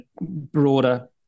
broader